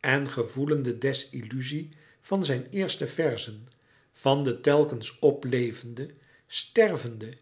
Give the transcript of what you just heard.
en gevoelen de desilluzie van zijn eerste verzen van de telkens oplevende stervende